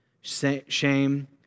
shame